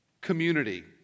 community